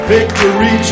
Victory